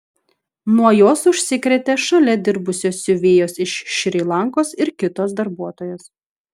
nuo jos užsikrėtė šalia dirbusios siuvėjos iš šri lankos ir kitos darbuotojos